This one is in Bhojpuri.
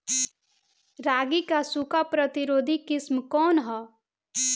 रागी क सूखा प्रतिरोधी किस्म कौन ह?